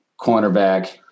cornerback